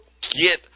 get